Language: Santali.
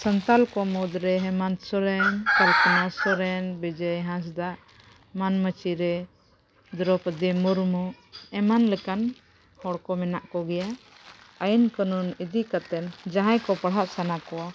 ᱥᱟᱱᱛᱟᱲ ᱠᱚ ᱢᱩᱫᱽᱨᱮ ᱦᱮᱢᱟᱱᱛ ᱥᱚᱨᱮᱱ ᱠᱟᱞᱯᱚᱱᱟ ᱥᱚᱨᱮᱱ ᱵᱤᱡᱚᱭ ᱦᱟᱸᱥᱫᱟ ᱢᱟᱹᱱᱢᱟᱹᱪᱤᱨᱮ ᱫᱨᱳᱣᱯᱚᱫᱤ ᱢᱩᱨᱢᱩ ᱮᱢᱟᱱ ᱞᱮᱠᱟᱱ ᱦᱚᱲᱠᱚ ᱢᱮᱱᱟᱜ ᱠᱚᱜᱮᱭᱟ ᱟᱭᱤᱱᱼᱠᱟᱹᱱᱩᱱ ᱤᱫᱤ ᱠᱟᱛᱮᱫ ᱡᱟᱦᱟᱸᱭ ᱠᱚ ᱯᱟᱲᱦᱟᱜ ᱥᱟᱱᱟ ᱠᱚᱣᱟ